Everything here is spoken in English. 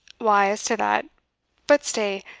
why, as to that but stay,